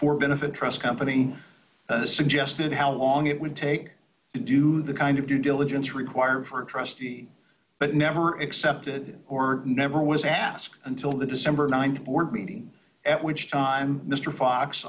for benefit trust company suggested how long it would take to do the kind of due diligence required for a trustee but never accepted or never was asked until the december th board meeting at which time mister fox